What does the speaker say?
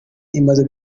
imaze